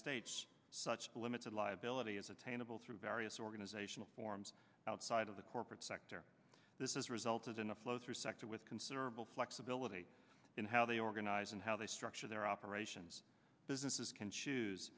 states such limited liability is attainable through various organizational forms outside of the corporate sector this is resulted in a flow through sector with considerable flexibility in how they organize and how they structure their operations businesses can choose